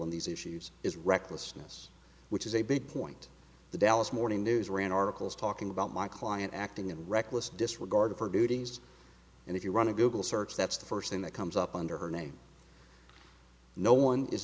on these issues is recklessness which is a big point the dallas morning news ran articles talking about my client acting in reckless disregard of her duties and if you run a google search that's the first thing that comes up under her name no one is